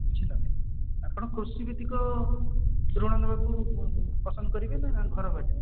ବୁଝିଲ ଆପଣ କୃଷି ଭିତ୍ତିକ ଋଣ ନବାକୁ ପସନ୍ଦ କରିବେ ନା ଘରବାରି